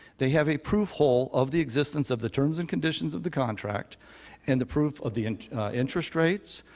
they have a proof hole of the existence of the terms and conditions of the contract and the proof of the interest rates.